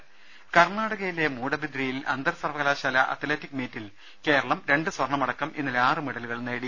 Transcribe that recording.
് കർണാടകയിലെ മൂഡബിദ്രിയിൽ അന്തർസർവകലാശാല അത്ല റ്റിക് മീറ്റിൽ കേരളം രണ്ട് സ്വർണമടക്കം ഇന്നലെ ആറ് മെഡലുകൾ നേടി